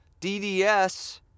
DDS